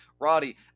Roddy